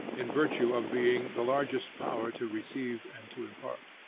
in virtue of being the largest power to receive and to impart.